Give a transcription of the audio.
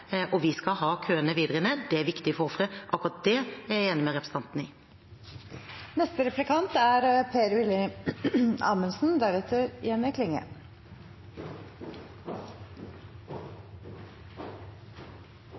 og vi skal ha køene videre ned, det er viktig for ofre. Akkurat det er jeg enig med representanten